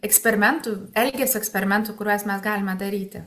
eksperimentų elgesio eksperimentų kuriuos mes galime daryti